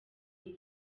enye